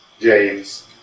James